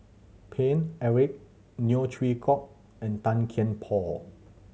Paine Eric Neo Chwee Kok and Tan Kian Por